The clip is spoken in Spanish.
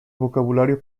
vocabulario